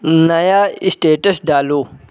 नया स्टेटस डालो